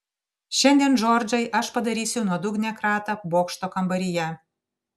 šiandien džordžai aš padarysiu nuodugnią kratą bokšto kambaryje